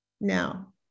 now